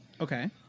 Okay